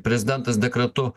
prezidentas dekretu